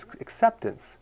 acceptance